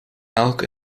elk